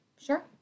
Sure